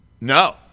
No